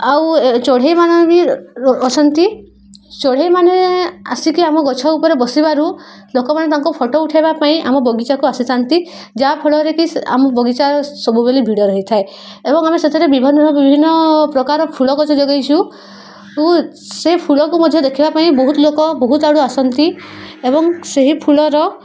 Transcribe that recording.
ଆଉ ଚଢ଼େଇ ମାନେ ବି ଅସନ୍ତି ଚଢ଼େଇମାନେ ଆସିକି ଆମ ଗଛ ଉପରେ ବସିବାରୁ ଲୋକମାନେ ତାଙ୍କ ଫଟୋ ଉଠେଇବା ପାଇଁ ଆମ ବଗିଚାକୁ ଆସିଥାନ୍ତି ଯାହାଫଳରେ କି ଆମ ବଗିଚା ସବୁବେଳେ ଭିଡ଼ ରହିଥାଏ ଏବଂ ଆମେ ସେଥିରେ ବିଭିନ୍ନ ବିଭିନ୍ନ ପ୍ରକାର ଫୁଲ ଗଛ ଲଗେଇଛୁ ଓ ସେ ଫୁଲକୁ ମଧ୍ୟ ଦେଖିବା ପାଇଁ ବହୁତ ଲୋକ ବହୁତ ଆଡ଼ୁ ଆସନ୍ତି ଏବଂ ସେହି ଫୁଲର